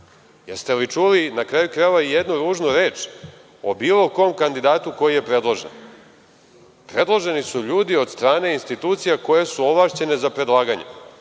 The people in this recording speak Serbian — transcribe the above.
Jeste li čuli, na kraju krajeva, jednu ružnu reč o bilo kom kandidatu koji je predložen. Predloženi su ljudi od strane institucija koje su ovlašćene za predlaganje.